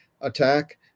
attack